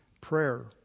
Prayer